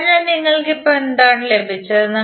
അതിനാൽ നിങ്ങൾക്ക് ഇപ്പോൾ എന്താണ് ലഭിച്ചത്